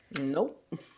Nope